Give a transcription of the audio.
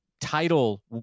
title